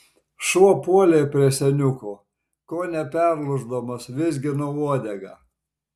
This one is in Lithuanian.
šuo puolė prie seniuko kone perlūždamas vizgino uodegą